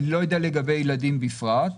אני לא יודע לגבי ילדים בפרט.